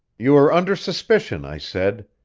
you are under suspicion, i said.